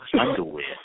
underwear